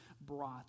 brought